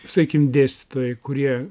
sakykim dėstytojai kurie